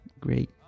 great